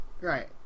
right